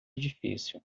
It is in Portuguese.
edifício